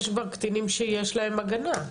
יש כבר קטינים שיש להם הגנה.